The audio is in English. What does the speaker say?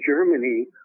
Germany